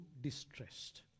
distressed